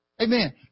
Amen